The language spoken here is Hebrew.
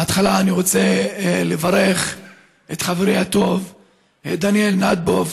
בהתחלה אני רוצה לברך את חברי הטוב דניאל נטפוף,